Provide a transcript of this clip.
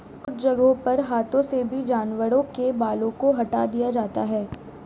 कुछ जगहों पर हाथों से भी जानवरों के बालों को हटा दिया जाता है